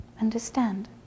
Understand